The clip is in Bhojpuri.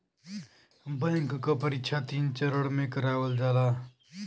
बैंक क परीक्षा तीन चरण में करावल जाला